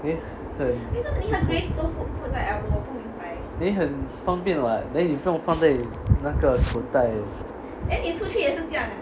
因为很方便 [what] then 你不用放在你那个口袋